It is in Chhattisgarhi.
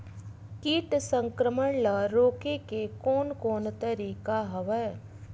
कीट संक्रमण ल रोके के कोन कोन तरीका हवय?